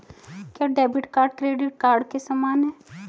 क्या debit card credit card के समान है?